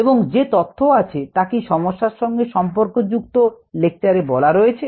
এবং যে তথ্য আছে তা কি সমস্যার সঙ্গে সম্পর্কযুক্ত লেকচারে বলা রয়েছে